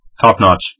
Top-notch